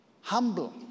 humble